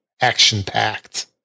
action-packed